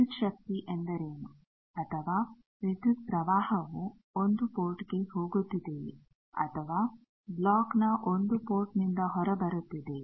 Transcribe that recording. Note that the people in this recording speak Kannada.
ವಿದ್ಯುತ್ ಶಕ್ತಿ ಎಂದರೇನು ಅಥವಾ ವಿದ್ಯುತ್ ಪ್ರವಾಹವು 1 ಪೋರ್ಟ್ ಗೆ ಹೋಗುತ್ತಿದೆಯೇ ಅಥವಾ ಬ್ಲಾಕ್ ನ 1 ಪೋರ್ಟ್ ನಿಂದ ಹೊರಬರುತ್ತಿದೆ